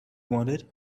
wanted